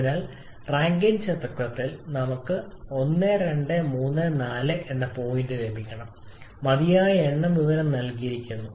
അതിനാൽ റാങ്കൈൻ ചക്രത്തിൽ നമുക്ക് പോയിന്റ് 1 2 3 4 എന്നിവ ലഭിക്കണം മതിയായ എണ്ണം വിവരങ്ങൾ നൽകിയിരിക്കുന്നു